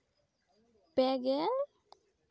ᱯᱮ ᱜᱮᱞ